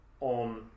on